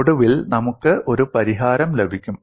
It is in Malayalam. ഒടുവിൽ നമുക്ക് ഒരു പരിഹാരം ലഭിക്കും